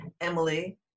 Emily